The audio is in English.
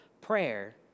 prayer